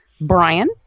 Brian